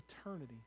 eternity